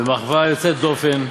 במחווה יוצאת דופן.